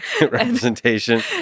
representation